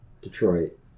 Detroit